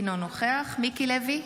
אינו נוכח מיקי לוי,